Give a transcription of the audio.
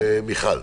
מיכל.